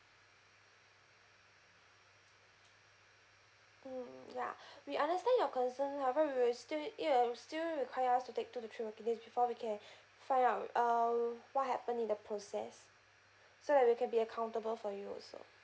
mm ya we understand your concern however we'll still it'll still require us to take two to three working days before we can find out uh what happened in the process so that we can be accountable for you also